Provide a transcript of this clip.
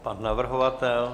Pan navrhovatel?